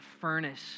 furnace